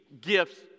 gifts